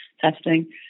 testing